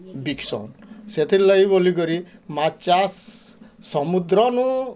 ବିକସନ୍ ସେଥିର୍ଲାଗି ବୋଲିକରି ମାଛ ଚାଷ ସମୁଦ୍ରନୁ